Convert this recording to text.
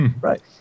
Right